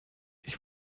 ich